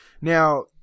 Now